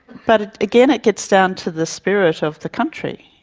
but again, it gets down to the spirit of the country,